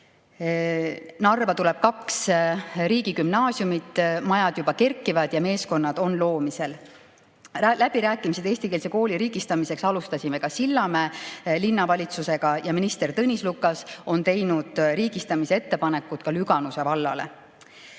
Narva tuleb kaks riigigümnaasiumit, majad juba kerkivad ja meeskonnad on loomisel. Läbirääkimisi eestikeelse kooli riigistamiseks alustasime Sillamäe Linnavalitsusega ja minister Tõnis Lukas on teinud riigistamise ettepanekud ka Lüganuse vallale. Ühe